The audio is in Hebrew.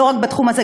לא רק בתחום הזה,